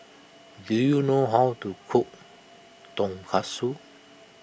do you know how to cook Tonkatsu